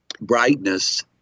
brightness